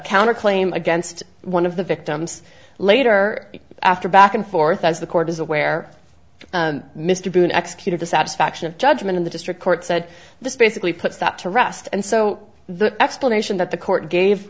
counter claim against one of the victims later after back and forth as the court is aware mr boone executed the satisfaction of judgment in the district court said this basically puts that to rest and so the explanation that the court